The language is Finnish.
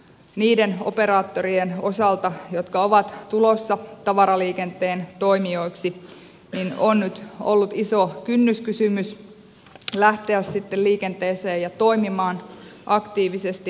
niiden operaattorien osalta jotka ovat tulossa tavaraliikenteen toimijoiksi on nyt ollut iso kynnyskysymys lähteä liikenteeseen ja toimimaan aktiivisesti alalla